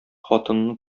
хатынны